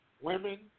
Women